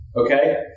Okay